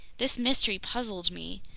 this mystery puzzled me.